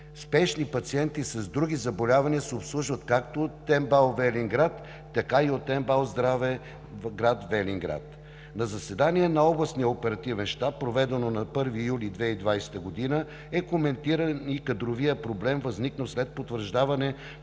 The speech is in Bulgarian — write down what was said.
Спешни пациенти с други заболявания се обслужват както от МБАЛ Велинград, така и от МБАЛ „Здраве“ – град Велинград. На заседание на Областния оперативен щаб проведено на 1 юли 2020 г., е коментиран и кадровият проблем – след потвърждаване